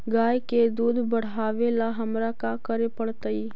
गाय के दुध बढ़ावेला हमरा का करे पड़तई?